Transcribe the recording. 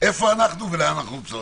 איפה אנחנו ולאן אנחנו צועדים.